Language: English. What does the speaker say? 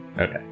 Okay